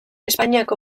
espainiako